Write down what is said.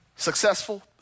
Successful